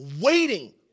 waiting